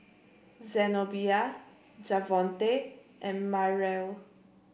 Zenobia Javonte and Myrle